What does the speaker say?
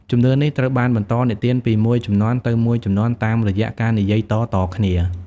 ជំនឿនេះត្រូវបានបន្តនិទានពីមួយជំនាន់ទៅមួយជំនាន់តាមរយៈការនិយាយតៗគ្នា។